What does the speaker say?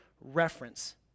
reference